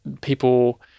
people –